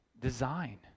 design